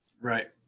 right